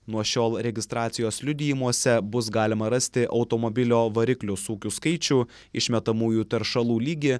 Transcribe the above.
nuo šiol registracijos liudijimuose bus galima rasti automobilio variklio sūkių skaičių išmetamųjų teršalų lygį